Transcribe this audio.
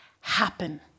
happen